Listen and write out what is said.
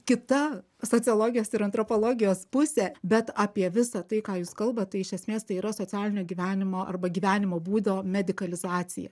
kita sociologijos ir antropologijos pusė bet apie visa tai ką jūs kalbat tai iš esmės tai yra socialinio gyvenimo arba gyvenimo būdo medikalizacija